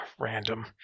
random